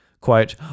Quote